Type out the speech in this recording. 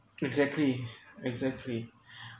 exactly exactly